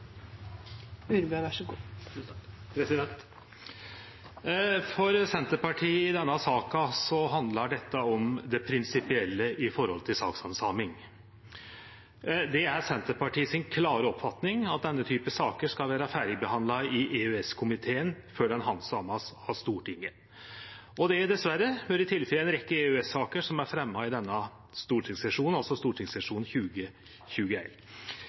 For Senterpartiet handlar det i denne saka om det prinsipielle når det gjeld sakshandsaming. Det er Senterpartiet si klare oppfatning at denne typen saker skal vere ferdighandsama i EØS-komiteen før dei vert handsama i Stortinget. Det har diverre ikkje vore tilfellet i ei rekkje EØS-saker som har vore fremja i denne stortingssesjonen, altså